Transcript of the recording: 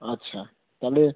আচ্ছা তাহলে